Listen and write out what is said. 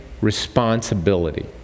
responsibility